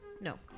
No